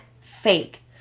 fake